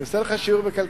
אני עושה לך שיעור בכלכלה,